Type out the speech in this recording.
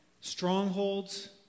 Strongholds